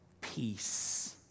peace